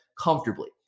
comfortably